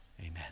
amen